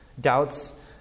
doubts